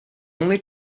only